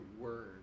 word